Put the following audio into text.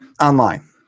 online